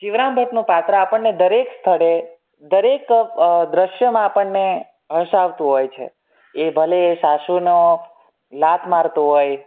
જીવરામ ભટ્ટનું પાત્ર આપણને દરેક સ્થળે દરેક દ્રશ્યોમાં આપણને હસાવતું હોય છે એ ભલે એ સાસુનો લાત મારતો હોય